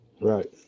right